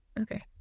Okay